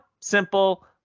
simple